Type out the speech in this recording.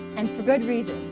and for good reason.